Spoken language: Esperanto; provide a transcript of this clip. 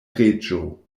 reĝo